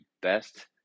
best